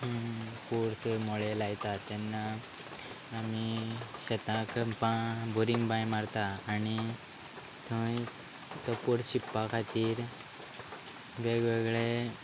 porous मळे लायतात तेन्ना आमी शेताक बां बोरींग बांय मारता आनी थंय तो पोरस शिंपपा खातीर वेगवेगळे